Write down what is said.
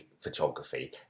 photography